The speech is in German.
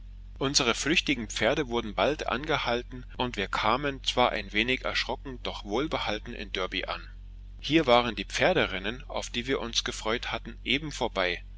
unsere flüchtigen pferde wurden bald angehalten und wir kamen zwar ein wenig erschrocken doch wohlbehalten in derby an hier waren die pferderennen auf die wir uns gefreut hatten eben vorbei